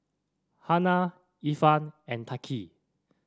Hana Irfan and Thaqif